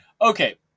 okay